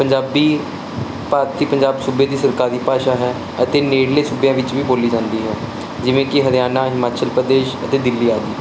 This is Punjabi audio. ਪੰਜਾਬੀ ਭਾਰਤੀ ਪੰਜਾਬ ਸੂਬੇ ਦੀ ਸਰਕਾਰੀ ਭਾਸ਼ਾ ਹੈ ਅਤੇ ਨੇੜਲੇ ਸੂਬਿਆਂ ਵਿੱਚ ਵੀ ਬੋਲੀ ਜਾਂਦੀ ਹੈ ਜਿਵੇਂ ਕਿ ਹਰਿਆਣਾ ਹਿਮਾਚਲ ਪ੍ਰਦੇਸ਼ ਅਤੇ ਦਿੱਲੀ ਆਦਿ